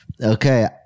Okay